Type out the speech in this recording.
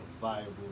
viable